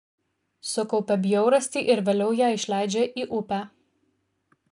sukaupia bjaurastį ir vėliau ją išleidžia į upę